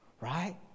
Right